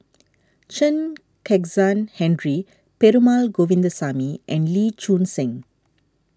Chen Kezhan Henri Perumal Govindaswamy and Lee Choon Seng